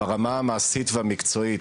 ברמה המעשית והמקצועית,